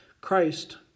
Christ